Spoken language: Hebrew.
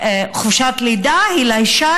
חופשת לידה היא לאישה,